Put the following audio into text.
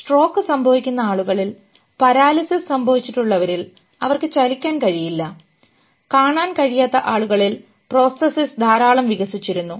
stroke സംഭവിക്കുന്ന ആളുകളിൽ paralysis സംഭവിച്ചിട്ടുള്ള വരിൽ അവർക്ക് ചലിക്കാൻ കഴിയില്ല കാണാൻ കഴിയാത്ത ആളുകളിൽ prostheses ധാരാളം വികസിച്ചിരുന്നു